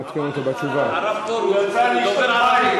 גם אני קראתי על הרעיון של הוועדה לשירות דיפרנציאלי.